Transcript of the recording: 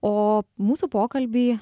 o mūsų pokalbį